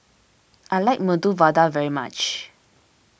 I like Medu Vada very much